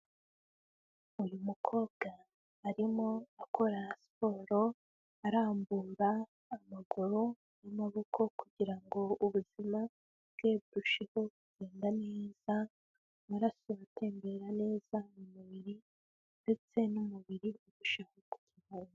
Uyu mukobwa arimo akora siporo arambura amaguru n'amaboko kugira ngo ubuzima bwe burusheho kugenda neza, amaraso atembera neza mu mubiri ndetse n'umubiri urusheho gukomera.